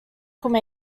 could